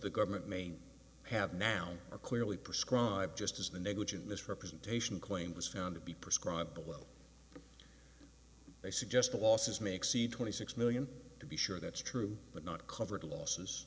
e government may have now are clearly prescribed just as the negligent misrepresentation claim was found to be prescribe the will they suggest the losses make see twenty six million to be sure that's true but not covered losses